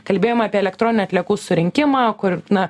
kalbėjom apie elektroninių atliekų surinkimą kur na